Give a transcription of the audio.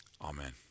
Amen